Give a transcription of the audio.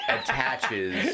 Attaches